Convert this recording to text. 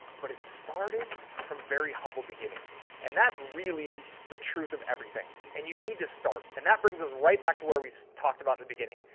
but it started from very humble beginnings and that's really the truth of everything. and you need to start. and that brings us right back to where we talked about in the beginning.